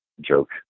joke